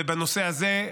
ובנושא הזה,